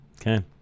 Okay